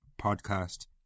podcast